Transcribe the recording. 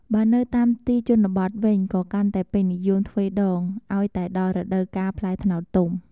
បើនៅតាមទីជនបទវិញក៏កាន់តែពេញនិយមទ្វេដង ឱ្យតែដល់រដូវកាលផ្លែត្នោតទុំ។